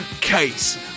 case